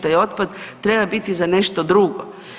Taj otpad treba biti za nešto drugo.